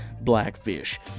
Blackfish